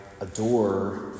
adore